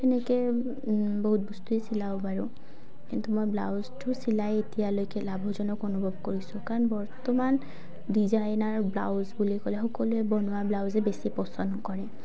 সেনেকৈ বহুত বস্তুৱেই চিলাওঁ বাৰু কিন্তু মই ব্লাউজটো চিলাই এতিয়ালৈকে লাভজনক অনুভৱ কৰিছোঁ কাৰণ বৰ্তমান ডিজাইনাৰ ব্লাউজ বুলি ক'লে সকলোৱে বনোৱা ব্লাউজে বেছি পচন্দ কৰে